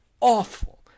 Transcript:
awful